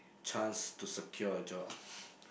chance to secure a job